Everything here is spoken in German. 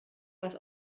was